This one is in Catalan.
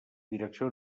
direcció